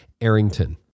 Arrington